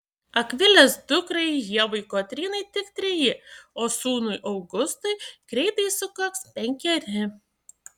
akvilės dukrai ievai kotrynai tik treji o sūnui augustui greitai sukaks penkeri